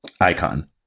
Icon